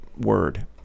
word